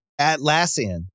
Atlassian